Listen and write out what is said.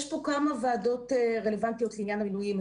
יש פה כמה ועדות רלוונטיות לעניין המינויים.